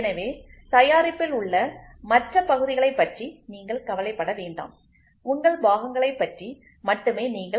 எனவே தயாரிப்பில் உள்ள மற்ற பகுதிகளைப் பற்றி நீங்கள் கவலைப்பட வேண்டாம் உங்கள் பாகங்களை பற்றி மட்டுமே நீங்கள்